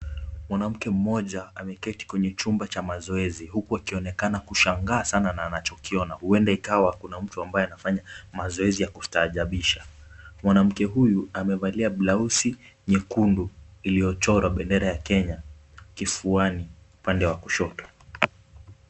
Mwanamke mmoja ameketi kwenye chumba za mazoezi huku akionekana kushangaa sana na anachukia huenda ikawa kuna mtu ambaye anafanya mazoezi ya kustaajabisha. Mwanamke huyu amevalia blausi nyekundu iliyochora bendera ya Kenya kifuani upande wa kushoto.